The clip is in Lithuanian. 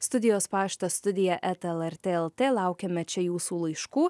studijos paštas studija eta lrt lt laukiame čia jūsų laiškų